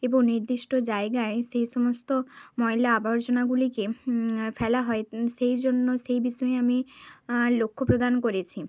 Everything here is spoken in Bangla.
এবো নির্দিষ্টি জায়গায় সেই সমস্ত ময়লা আবর্জনাগুলিকে ফেলা হয় সেই জন্য সেই বিষয়ে আমি লক্ষ্য প্রদান করেছি